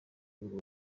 urwo